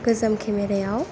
गोजाम खेमेरायाव